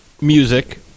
Music